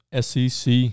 SEC